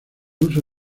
uso